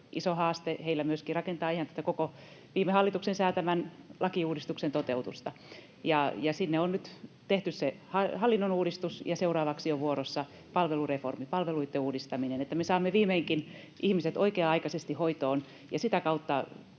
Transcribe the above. iso haaste heillä myöskin rakentaa ihan tätä koko viime hallituksen säätämän lakiuudistuksen toteutusta. Sinne on nyt tehty se hallinnonuudistus, ja seuraavaksi on vuorossa palvelureformi, palveluitten uudistaminen, että me saamme viimeinkin ihmiset oikea-aikaisesti hoitoon ja sitä kautta